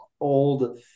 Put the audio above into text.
old